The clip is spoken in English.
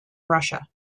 russia